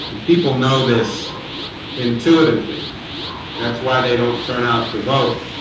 people know this intuitively that's why they don't turn out to vote